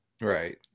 Right